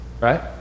right